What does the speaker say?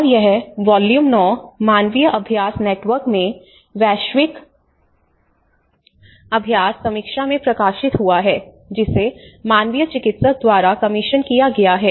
और यह वॉल्यूम 9 मानवीय अभ्यास नेटवर्क में वैश्विक अभ्यास समीक्षा में प्रकाशित हुआ है जिसे मानवीय चिकित्सक द्वारा कमीशन किया गया है